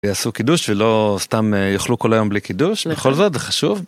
יעשו קידוש ולא סתם יאכלו כל היום בלי קידוש, בכל זאת זה חשוב.